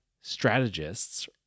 strategists